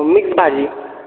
mix भाजी